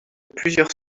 plusieurs